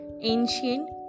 Ancient